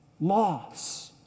Loss